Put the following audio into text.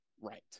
right